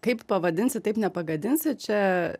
kaip pavadinsi taip nepagadinsi čia